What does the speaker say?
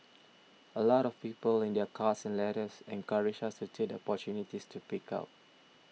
a lot of people in their cards and letters encouraged us to take the opportunities to speak out